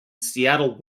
seattle